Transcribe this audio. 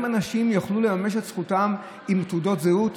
אנשים יוכלו לממש את זכותם בתעודות זהות?